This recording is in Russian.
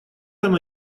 оно